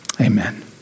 Amen